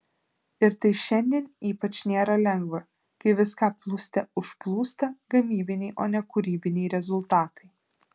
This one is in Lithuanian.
ir tai šiandien ypač nėra lengva kai viską plūste užplūsta gamybiniai o ne kūrybiniai rezultatai